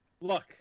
Look